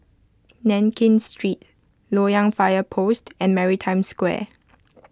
Nankin Street Loyang Fire Post and Maritime Square